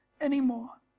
anymore